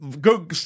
go